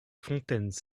fontaines